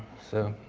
so.